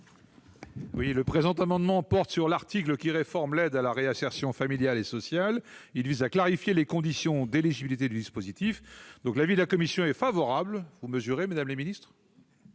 ? Le présent amendement porte sur l'article 78, qui réforme l'aide à la réinsertion familiale et sociale. Il vise à clarifier les conditions d'éligibilité au dispositif. L'avis de la commission est favorable, car cet amendement